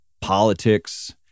politics